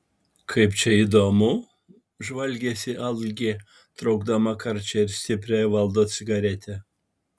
kaip čia įdomu žvalgėsi algė traukdama karčią ir stiprią evaldo cigaretę